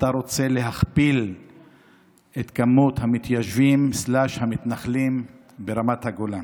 ואתה רוצה להכפיל את מספר המתיישבים המתנחלים ברמת הגולן.